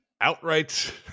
outright